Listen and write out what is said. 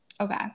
Okay